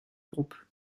groupe